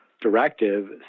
directive